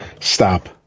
stop